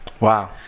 Wow